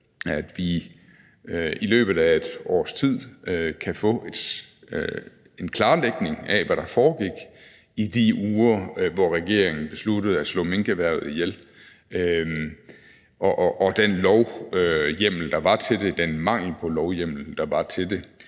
at vi i løbet af et års tid kan få en klarlægning af, hvad der foregik i de uger, hvor regeringen besluttede at slå minkerhvervet ihjel, og den mangel på lovhjemmel, der var til det.